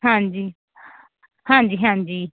ਹਾਂਜੀ ਹਾਂਜੀ ਹਾਂਜੀ